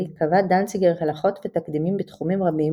קבע דנציגר הלכות ותקדימים בתחומים רבים,